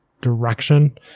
direction